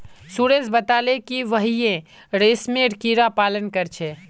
सुरेश बताले कि वहेइं रेशमेर कीड़ा पालन कर छे